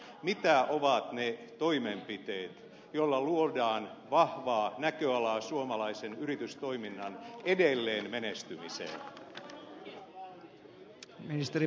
mitä ovat ne toimenpiteet joilla luodaan vahvaa näköalaa suomalaisen yritystoiminnan edelleen menestymiseen